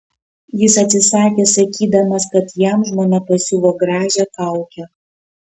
jis atsisakė sakydamas kad jam žmona pasiuvo gražią kaukę